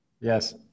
yes